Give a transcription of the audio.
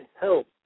help